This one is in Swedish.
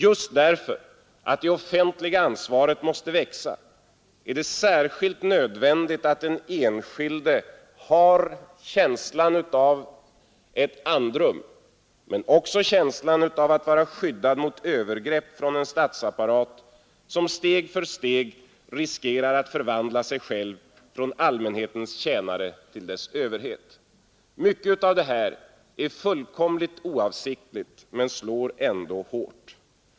Just därför att det offentliga ansvaret måste växa är det särskilt nödvändigt att den enskilde har känslan av ett andrum men också känslan av att vara skyddad mot övergrepp från en statsapparat som steg för steg riskerar att förvandla sig själv från allmänhetens tjänare till dess överhet. Mycket av detta är fullkomligt oavsiktligt men slår ändå hårt.